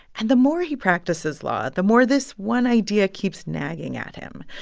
and the more he practices law, the more this one idea keeps nagging at him.